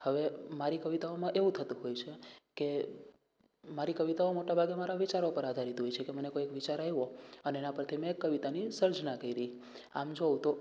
હવે મારી કવિતાઓમાં એવું થતું હોય છે કે મારી કવિતાઓ મોટા ભાગે મારા વિચારો ઉપર આધારિત હોય છે કે મને કોઈ એક વિચાર આવ્યો અને એના પરથી મેં એક કવિતાની સર્જન કર્યું આમ જોઉં તો